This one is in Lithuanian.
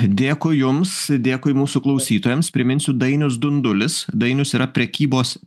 dėkui jums dėkui mūsų klausytojams priminsiu dainius dundulis dainius yra prekybos